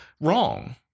wrong